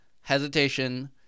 hesitation